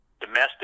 domestic